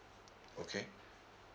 okay